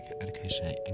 education